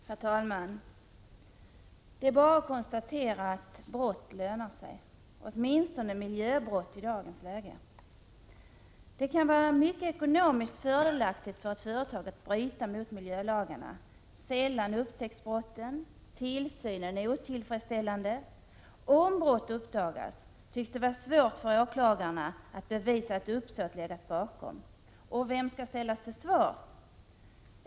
Herr talman! Man kan bara konstatera att brott lönar sig, åtminstone miljöbrott i dagens läge. Det kan vara mycket ekonomiskt fördelaktigt för ett företag att bryta mot miljölagarna. Sällan upptäcks brotten. Tillsynen är 15 otillfredsställande. Om brott uppdagas tycks det vara svårt för åklagarna att bevisa att uppsåt legat bakom. Och vem skall ställas till svars?